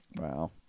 Wow